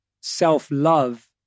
self-love